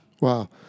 Wow